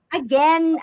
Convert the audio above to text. again